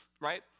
right